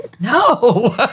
No